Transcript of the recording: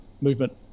movement